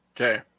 Okay